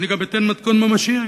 כי גם אתן מתכון ממשי היום.